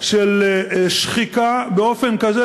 של שחיקה באופן כזה,